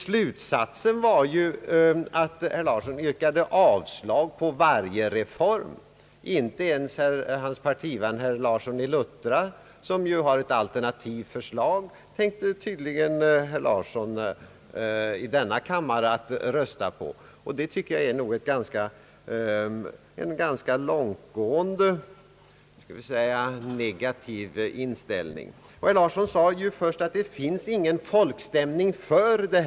Slutsatsen blev dock att herr Larsson yrkade avslag på varje reform. Herr Larsson tänker tydligen inte ens rösta på sin partiväns, herr Larssons i Luttra, förslag. Det vittnar om en ganska långt gående negativ inställning. Herr Larsson sade först att det inte finns någon folkstämning för reformen.